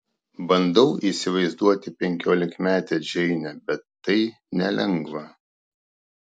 bandau įsivaizduoti penkiolikmetę džeinę bet tai nelengva